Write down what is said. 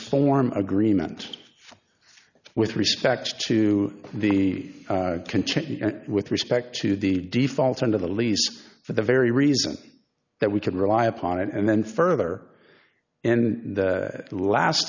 form agreement with respect to the can change with respect to the default under the lease for the very reason that we can rely upon it and then further and the last